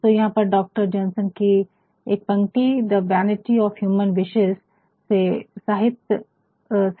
तो यहाँ पर डॉक्टर जोंसन की एक पंक्ति है the Vanity of Human Wishes The Vanity of Human Wishes से